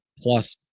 Plus